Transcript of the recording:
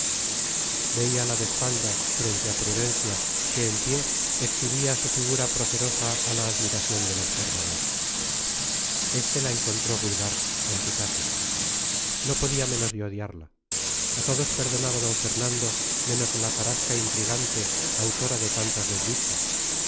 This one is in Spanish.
veíala de espaldas frente a prudencia que en pie exhibía su figura procerosa a la admiración del observador este la encontró vulgar antipática no podía menos de odiarla a todos perdonaba d fernando menos a la tarasca intrigante autora de tantas desdichas